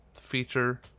feature